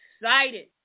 excited